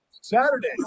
Saturday